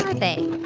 they? ah,